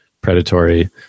predatory